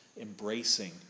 embracing